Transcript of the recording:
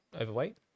overweight